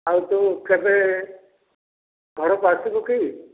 ଆଉ ତୁ କେବେ ଘରକୁ ଆସିବୁ କି